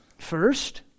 First